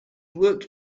worked